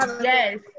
Yes